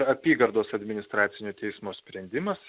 apygardos administracinio teismo sprendimas